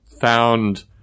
found